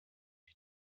die